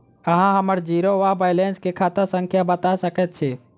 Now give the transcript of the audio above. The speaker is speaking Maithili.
अहाँ हम्मर जीरो वा बैलेंस केँ खाता संख्या बता सकैत छी?